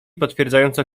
potwierdzająco